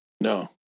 No